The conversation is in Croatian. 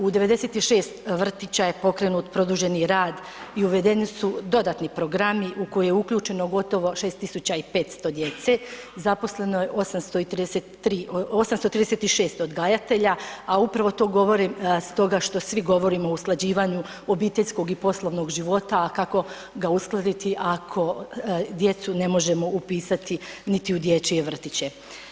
U 96 vrtića je pokrenut produženi rad i uvedeni su dodatni programi u koje je uključeno gotovo 6500 djece, zaposleno je 836 odgajatelja, a upravo to govorim stoga što svi govorimo o usklađivanju obiteljskog i poslovnog života, a kako ga uskladiti ako djecu ne možemo upisati niti u dječje vrtiće.